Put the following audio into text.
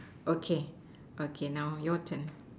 okay okay now your turn